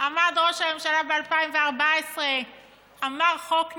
עמד ראש הממשלה ב-2014 ואמר: חוק נהדר,